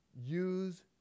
use